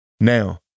Now